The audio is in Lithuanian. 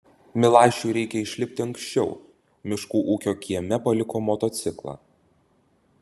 milašiui reikia išlipti anksčiau miškų ūkio kieme paliko motociklą